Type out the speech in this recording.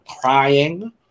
crying